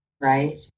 right